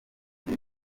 ibyo